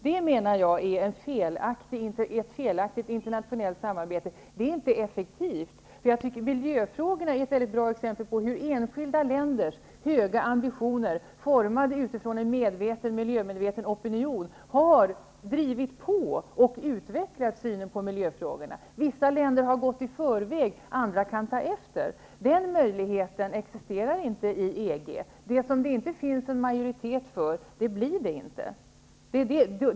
Det menar jag är ett felaktigt internationellt samarbete. Det är inte effektivt. Miljöfrågorna är ett väldigt bra exempel på hur enskilda länder med höga ambitioner, formade utifrån en miljömedveten opinion har drivit på och utvecklat synen på miljöfrågorna. Vissa länder har gått i förväg, andra kan ta efter. Den möjligheten existerar inte i EG. Det som det inte finns en majoritet för blir ingenting av.